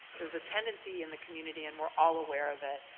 there's a tendency in the community, and we're all aware of it,